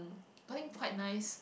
what thing quite nice